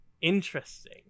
Interesting